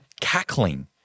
cackling